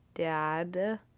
dad